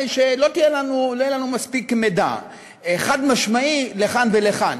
לא יהיה לנו מספיק מידע חד-משמעי לכאן או לכאן.